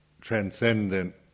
transcendent